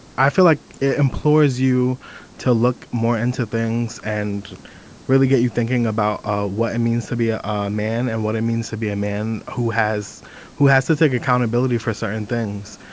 i feel like it implores you to look more into things and really get you thinking about ah what it means to be a ah man and what it means to be a man who has who has to take accountability for certain things.